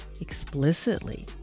explicitly